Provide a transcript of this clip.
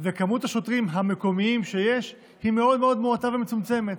ומספר השוטרים המקומיים שיש הוא מאוד מאוד מועט ומצומצם.